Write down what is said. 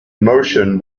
motion